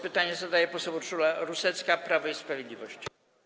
Pytanie zadaje poseł Urszula Rusecka, Prawo i Sprawiedliwość.